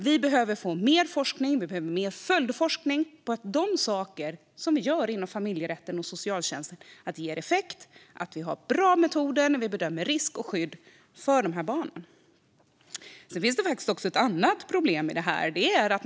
Vi behöver få mer forskning, och vi behöver mer följdforskning när det gäller att de saker som vi gör inom familjerätten och socialtjänsten ger effekt och att vi har bra metoder när vi bedömer risk och skydd för dessa barn. Sedan finns det faktiskt också ett annat problem i fråga om detta.